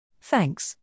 Thanks